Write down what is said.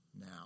Now